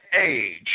age